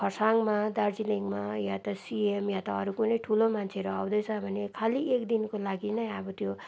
खर्साङमा दार्जिलिङमा वा त सिएम वा त अरू कुनै ठुलो मान्छेहरू आउँदैछ भने खालि एक दिनको लागि नै अब त्यो